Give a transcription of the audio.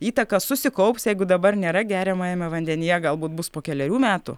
įtaka susikaups jeigu dabar nėra geriamajame vandenyje galbūt bus po kelerių metų